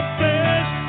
best